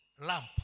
lamp